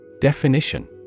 Definition